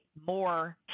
more